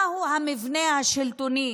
מהו המבנה השלטוני